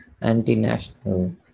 anti-national